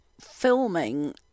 filming